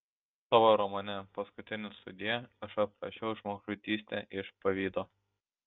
savo romane paskutinis sudie aš aprašiau žmogžudystę iš pavydo